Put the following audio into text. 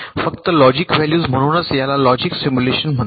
फक्त logic values म्हणूनच याला लॉजिक सिम्युलेशन म्हणतात